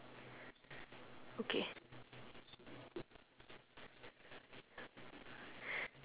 okay